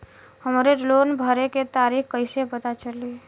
हमरे लोन भरे के तारीख कईसे पता चली?